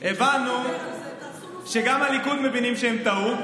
הבנו שגם בליכוד מבינים שהם טעו,